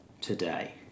today